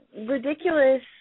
ridiculous